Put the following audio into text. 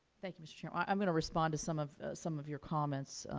thank you, mr. chairman. i am going to respond to some of some of your comments.